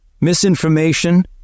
Misinformation